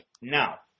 Now